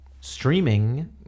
streaming